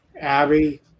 Abby